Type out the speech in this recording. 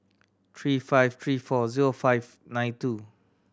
three five three four zero five nine two